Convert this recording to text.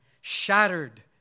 shattered